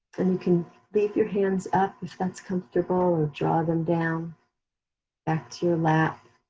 and you can leave your hands up if that's comfortable or draw them down back to your lap.